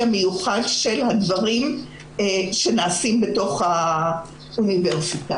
המיוחד של הדברים שנעשים בתוך האוניברסיטה.